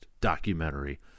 documentary